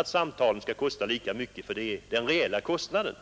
att alla telefonsamtal skall kosta lika mycket, eftersom man ju bör utgå från den reella kostnaden.